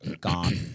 Gone